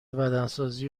بدنسازی